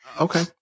okay